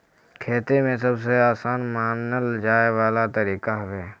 खेती में सबसे आसान मानल जाए वाला तरीका हवे